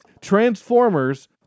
Transformers